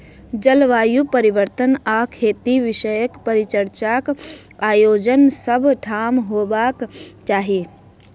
जलवायु परिवर्तन आ खेती विषयक परिचर्चाक आयोजन सभ ठाम होयबाक चाही